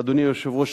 אדוני היושב-ראש,